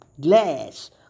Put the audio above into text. glass